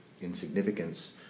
insignificance